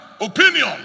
opinion